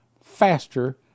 faster